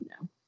no